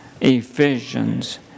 Ephesians